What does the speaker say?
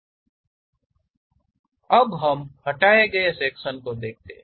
अब हम हटाए गए सेक्शन को देखते हैं